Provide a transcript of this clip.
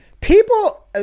People